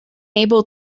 able